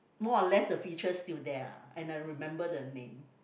more or less the features still there ah and I remember the name